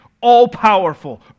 all-powerful